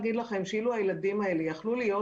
אילו הילדים האלה היו יכולים להיות